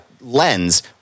lens